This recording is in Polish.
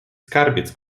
skarbiec